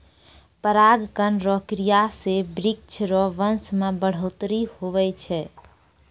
परागण रो क्रिया से वृक्ष रो वंश मे बढ़ौतरी हुवै छै